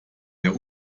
der